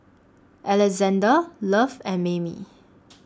Alexzander Love and Mayme